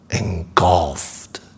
engulfed